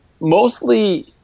mostly